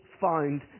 found